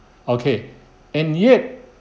okay and yet